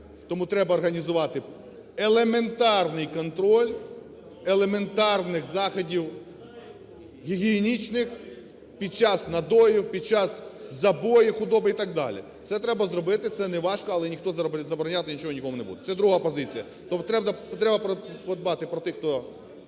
Тому треба організувати елементарний контроль елементарних заходів гігієнічних під час надою, під час забою худоби і так далі. Це треба зробити, це неважко, але ніхто забороняти нічого нікому не буде. Це друга позиція. Тобто треба подбати про тих, хто